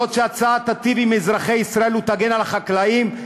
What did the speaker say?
אף שההצעה תיטיב עם אזרחי ישראל ותגן על החקלאים,